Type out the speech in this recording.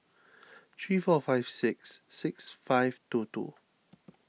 three four five six six five two two